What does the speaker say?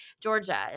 Georgia